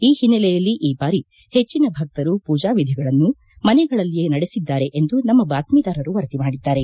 ಈ ಹಿನ್ನೆಲೆಯಲ್ಲಿ ಈ ಬಾರಿ ಹೆಚ್ಚಿನ ಭಕ್ತರು ಪೂಜಾ ವಿಧಿಗಳನ್ನು ಮನೆಗಳಲ್ಲಿಯೇ ನಡೆಸಿದ್ದಾರೆ ಎಂದು ನಮ್ಮ ಬಾತ್ತೀದಾರರು ವರದಿ ಮಾಡಿದ್ದಾರೆ